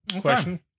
question